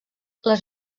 les